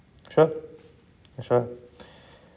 sure sure